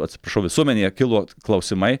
atsiprašau visuomenėje kilo klausimai